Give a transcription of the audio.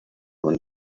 man